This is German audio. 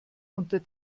unter